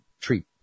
treat